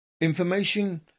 Information